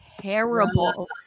terrible